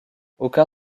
aucun